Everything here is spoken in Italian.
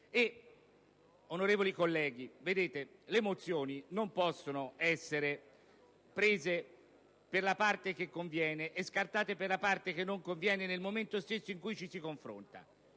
Onorevoli colleghi, le mozioni non possono essere prese per la parte che conviene e scartate per quella che non conviene nel momento stesso in cui ci si confronta.